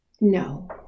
no